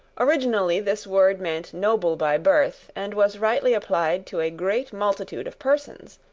originally this word meant noble by birth and was rightly applied to a great multitude of persons.